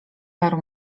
paru